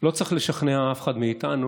לא צריך לשכנע אף אחד מאיתנו